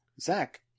Zach